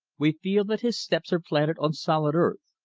we feel that his steps are planted on solid earth,